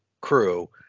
crew